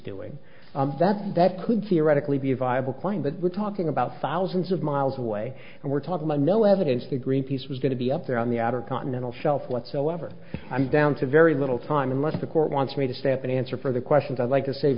doing that that could theoretically be a viable claim but we're talking about thousands of miles away and we're talking about no evidence to greenpeace was going to be up there on the outer continental shelf whatsoever i'm down to very little time unless the court wants me to step in answer for the questions i'd like to save